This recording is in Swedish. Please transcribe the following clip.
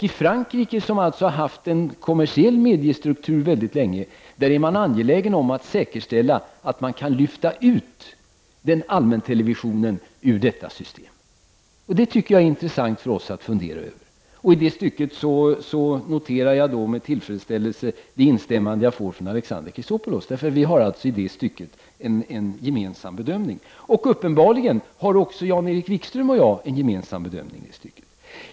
I Frankrike har man haft en kommersiell mediestruktur mycket länge. Där är man angelägen om att säkerställa att man kan lyfta ut allmäntelevisionen ur detta system. Det tycker jag är intressant för oss att fundera över. I det stycket noterar jag med tillfredsställelse det instämmande jag får av Alexander Chrisopoulos. Vi har där en gemensam bedömning. Uppenbarligen har också Jan-Erik Wikström och jag en gemensam bedömning.